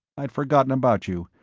i'd forgotten about you.